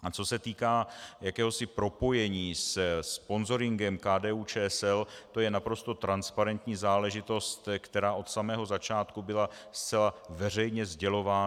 A co se týká jakéhosi propojení se sponzoringem KDUČSL, to je naprosto transparentní záležitost, která od samého začátku byla zcela veřejně sdělována.